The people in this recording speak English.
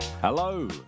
Hello